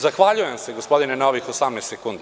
zahvaljujem se gospodine na ovih 18 sekundi.